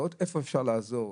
לראות איפה אפשר לעזור,